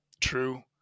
true